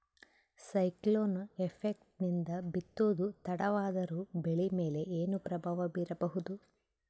Cyclone effect ನಿಂದ ಬಿತ್ತೋದು ತಡವಾದರೂ ಬೆಳಿ ಮೇಲೆ ಏನು ಪ್ರಭಾವ ಬೀರಬಹುದು?